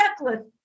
checklist